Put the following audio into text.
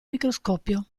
microscopio